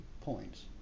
points